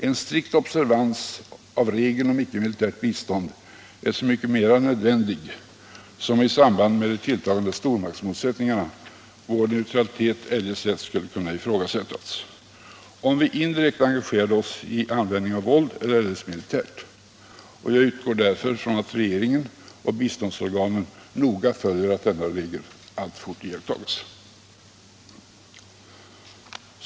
En strikt observans av regeln om icke-militärt bistånd är så mycket mera nödvändig som i samband med de tilltagande stormaktsmotsättningarna vår neutralitet eljest lätt skulle kunna ifrågasättas, om vi indirekt engagerade oss i användning av våld eller eljest militärt. Jag utgår därför från att regeringen och biståndsorganen noga övervakar att denna regel alltfort iakttas.